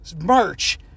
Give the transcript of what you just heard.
merch